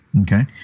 okay